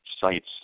sites